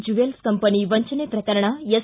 jewels ಕಂಪನಿ ವಂಚನೆ ಪ್ರಕರಣ ಎಸ್